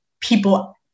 people